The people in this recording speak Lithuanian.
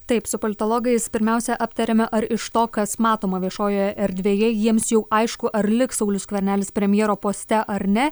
taip su politologais pirmiausia aptariame ar iš to kas matoma viešojoje erdvėje jiems jau aišku ar liks saulius skvernelis premjero poste ar ne